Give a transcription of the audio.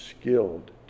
skilled